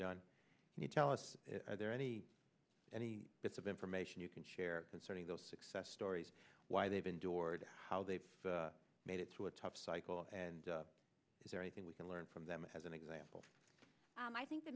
done and you tell us there any any bits of information you can share concerning those success stories why they've endured how they made it through a tough cycle and is there anything we can learn from them as an example i think the